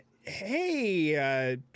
hey